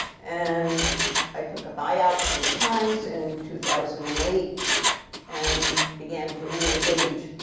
and i took a buy-out from the times in two thousand and eight and began to reengage.